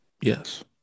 Yes